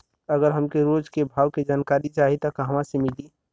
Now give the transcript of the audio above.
अगर हमके रोज के भाव के जानकारी चाही त कहवा से मिली?